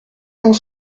cent